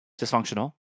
dysfunctional